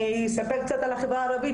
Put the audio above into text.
אני אספר קצת על החברה הערבית.